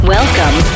Welcome